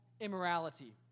immorality